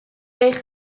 eich